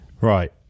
right